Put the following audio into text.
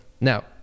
Now